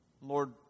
Lord